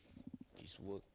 his work